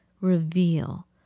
reveal